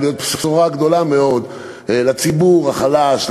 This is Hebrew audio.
להיות בשורה גדולה מאוד לציבור החלש,